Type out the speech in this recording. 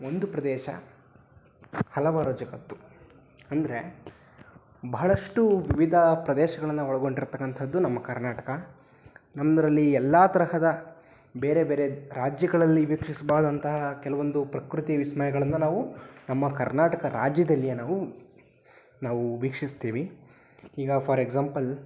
ಒಂದು ಪ್ರದೇಶ ಹಲವಾರು ಜಗತ್ತು ಅಂದರೆ ಬಹಳಷ್ಟು ವಿವಿಧ ಪ್ರದೇಶಗಳನ್ನು ಒಳಗೊಂಡಿರ್ತಕ್ಕಂಥದ್ದು ನಮ್ಮ ಕರ್ನಾಟಕ ನಮ್ಮದ್ರಲ್ಲಿ ಎಲ್ಲ ತರಹದ ಬೇರೆ ಬೇರೆ ರಾಜ್ಯಗಳಲ್ಲಿ ವೀಕ್ಷಿಸಬಾದಂತಹ ಕೆಲವೊಂದು ಪ್ರಕೃತಿ ವಿಸ್ಮಯಗಳನ್ನು ನಾವು ನಮ್ಮ ಕರ್ನಾಟಕ ರಾಜ್ಯದಲ್ಲಿಯೇ ನಾವು ನಾವು ವೀಕ್ಷಿಸ್ತೀವಿ ಈಗ ಫಾರ್ ಎಕ್ಸಾಂಪಲ್